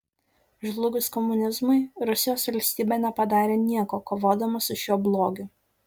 žlugus komunizmui rusijos valstybė nepadarė nieko kovodama su šiuo blogiu